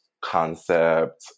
concept